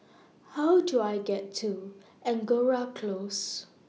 How Do I get to Angora Close